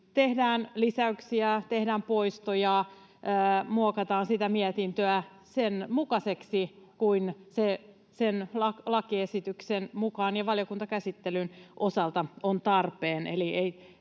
tehdään lisäyksiä, tehdään poistoja, muokataan sitä mietintöä sen mukaiseksi kuin sen lakiesityksen mukaan ja valiokuntakäsittelyn osalta on tarpeen.